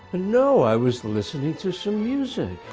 no, i was listening to some music.